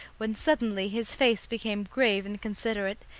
when suddenly his face became grave and considerate,